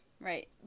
Right